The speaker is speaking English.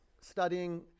studying